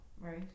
right